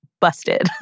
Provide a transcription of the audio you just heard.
Busted